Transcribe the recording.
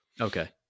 Okay